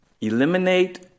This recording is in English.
eliminate